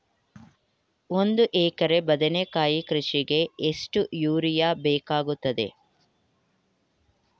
ಒಂದು ಎಕರೆ ಬದನೆಕಾಯಿ ಕೃಷಿಗೆ ಎಷ್ಟು ಯೂರಿಯಾ ಬೇಕಾಗುತ್ತದೆ?